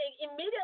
immediately